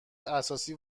اساسی